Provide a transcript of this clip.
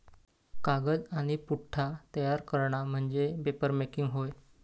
कागद आणि पुठ्ठा तयार करणा म्हणजे पेपरमेकिंग होय